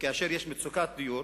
כאשר יש מצוקת דיור,